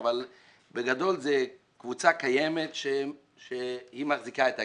אבל בגדול זאת קבוצה קיימת שמחזיקה את הגמ"ח.